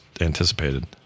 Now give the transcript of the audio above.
anticipated